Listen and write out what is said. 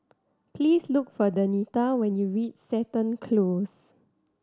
please look for Denita when you reach Seton Close